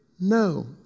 No